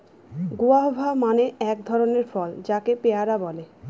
guava মানে এক ধরনের ফল যাকে পেয়ারা বলে